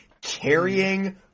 carrying